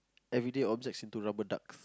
everyday objects into rubber ducks